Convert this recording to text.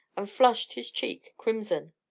and flushed his cheek crimson.